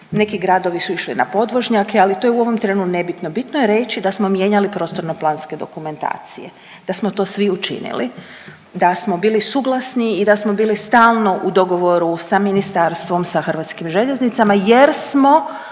neki gradovi su išli na podvožnjake, ali to je u ovom trenu nebitno, bitno je reći da smo mijenjali prostorno-planske dokumentacije, da smo to svi učinili, da smo bili suglasni i da smo bili stalno u dogovoru sa ministarstvom, sa Hrvatskim željeznicama jer smo